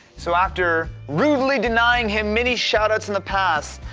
so after rudely denying him many shout outs in the past,